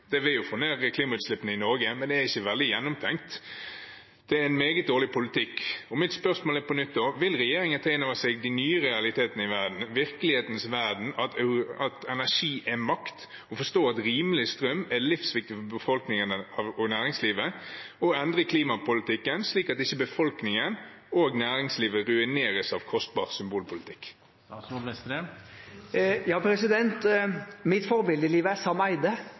Det vil jo få ned klimautslippene i Norge, men det er ikke veldig gjennomtenkt. Det er en meget dårlig politikk. Mitt spørsmål er da på nytt: Vil regjeringen ta innover seg de nye realitetene i verden, i virkelighetens verden, at energi er makt, forstå at rimelig strøm er livsviktig for befolkningen og næringslivet, og endre klimapolitikken, slik at ikke befolkningen og næringslivet ruineres av kostbar symbolpolitikk. Mitt forbilde i livet er